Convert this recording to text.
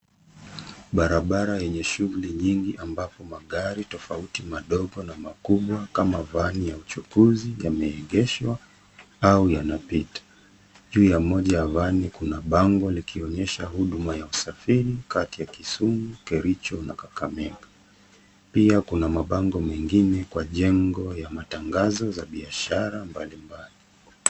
Barabara yenye shughuli nyingi ambapo magari tofauti madogo na makubwa kama vani ya uchunguzi yameegeshwa au yanapita. Juu ya moja ya vani kuna bango likionyesha huduma ya usafari kati ya Kisumu, Kericho na Kakamega. Pia kuna mabango mengine kwa jengo ya matangazo ya biashara mbali mbali.